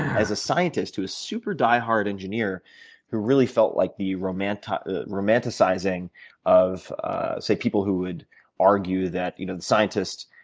as a scientist who was a super diehard engineer who really felt like the romanticizing the romanticizing of say people who would argue that you know the scientist